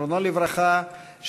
זיכרונו לברכה,